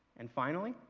and finally,